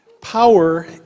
Power